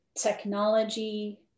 technology